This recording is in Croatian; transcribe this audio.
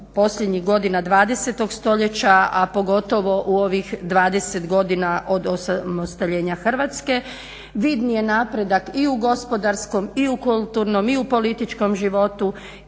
u posljednjih godina 20.stoljeća, a pogotovo u ovih 20 godina od osamostaljenja Hrvatske. Vidni je napredak i u gospodarskom, i u kulturnom, i u političkom životu